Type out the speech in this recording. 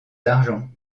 d’argent